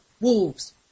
Wolves